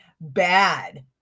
bad